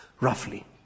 Roughly